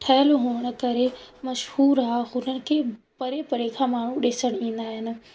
ठहियलु हुजण करे मशहूरु आहे हुननि खे परे परे खां माण्हू ॾिसण ईंदा आहिनि